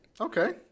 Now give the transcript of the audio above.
Okay